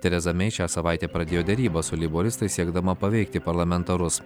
tereza mei šią savaitę pradėjo derybas su leiboristais siekdama paveikti parlamentarus